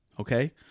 Okay